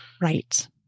right